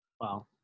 wow